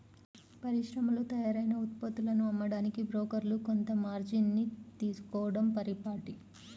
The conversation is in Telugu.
పరిశ్రమల్లో తయారైన ఉత్పత్తులను అమ్మడానికి బ్రోకర్లు కొంత మార్జిన్ ని తీసుకోడం పరిపాటి